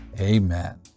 Amen